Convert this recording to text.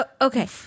Okay